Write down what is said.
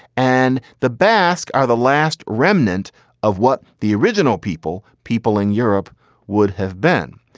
and the bask are the last remnant of what the original people, people in europe would have been.